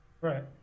Right